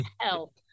help